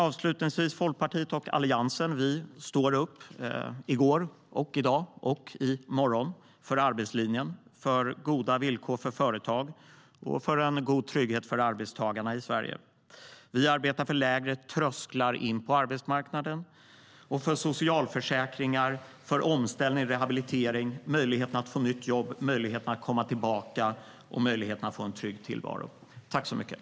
Avslutningsvis vill jag säga att Folkpartiet och Alliansen såväl i går som i dag och i morgon stod och står upp för arbetslinjen, goda villkor för företag och en god trygghet för arbetstagarna i Sverige. Vi arbetar för lägre trösklar in på arbetsmarknaden och för socialförsäkringar, omställning, rehabilitering, möjligheten att få nytt jobb, möjligheten att komma tillbaka och möjligheten att få en trygg tillvaro.